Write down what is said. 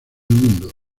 mundo